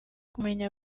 kumenya